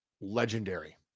legendary